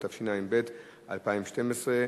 התשע"ב 2012,